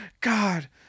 God